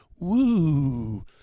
Woo